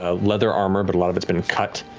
ah leather armor, but a lot of it's been cut.